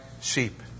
sheep